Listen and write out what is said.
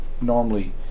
normally